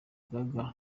rugaga